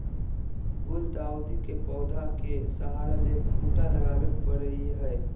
गुलदाऊदी के पौधा के सहारा ले खूंटा लगावे परई हई